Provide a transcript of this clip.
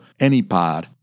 AnyPod